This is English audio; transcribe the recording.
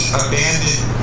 abandoned